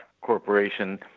Corporation